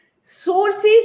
sources